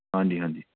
ਹਾਂਜੀ ਹਾਂਜੀ